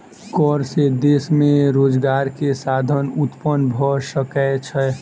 कर से देश में रोजगार के साधन उत्पन्न भ सकै छै